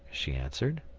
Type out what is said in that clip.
she answered.